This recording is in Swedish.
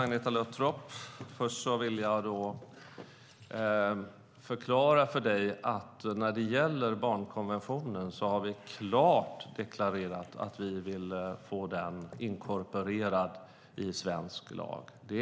Herr talman! Jag tackar Agneta Luttropp. När det gäller barnkonventionen har vi klart deklarerat att vi vill få den inkorporerad i svensk lag.